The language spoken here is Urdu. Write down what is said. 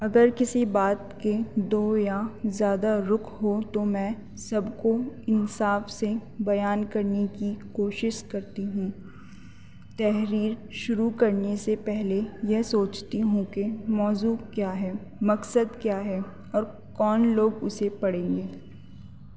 اگر کسی بات کے دو یا زیادہ رخ ہو تو میں سب کو انصاف سے بیان کرنے کی کوشش کرتی ہوں تحریر شروع کرنے سے پہلے یہ سوچتی ہوں کہ موضوع کیا ہے مقصد کیا ہے اور کون لوگ اسے پڑھیں گے